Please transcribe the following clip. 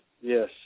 Yes